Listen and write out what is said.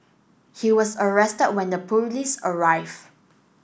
he was arrested when the police arrive